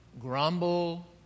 Grumble